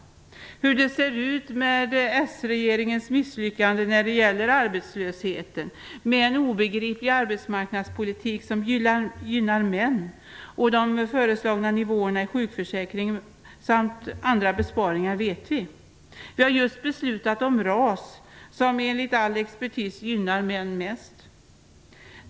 Hur det ser ut beträffande s-regeringens misslyckande med arbetslösheten och med en obegriplig arbetsmarknadspolitik som gynnar män och de föreslagna nivåerna i sjukförsäkringen samt med andra besparingar vet vi. Vi har just beslutat om RAS, som enligt all expertis gynnar män mest.